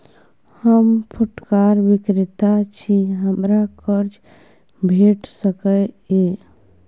हम फुटकर विक्रेता छी, हमरा कर्ज भेट सकै ये?